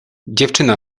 dziewczyna